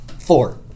four